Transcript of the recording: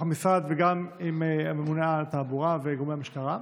המשרד וגם עם הממונה על התעבורה וגורמי המשטרה.